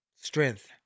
strength